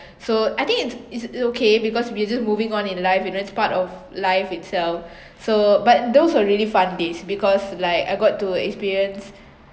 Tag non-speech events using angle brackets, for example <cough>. so I think it's it's okay because we just moving on in life you know it's part of life itself <breath> so but those were really fun days because like I got to experience